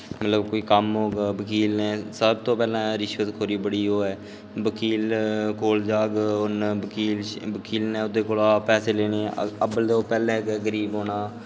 मतलब कोई कम्म होग बकील कन्नै सब तो पैह्लें रिश्वतखोरी बड़ी ओह् ऐ बकील कोल जाह्ग उन्न बकील ने ओह्दे कोला दा पैहे लैने अब्बल ते ओह् पैह्लें गै गरीब होना